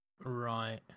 Right